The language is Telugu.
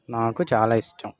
నాకు చాలా ఇష్టం